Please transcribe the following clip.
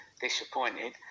disappointed